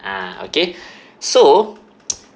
ah okay so